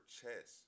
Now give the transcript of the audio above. Chess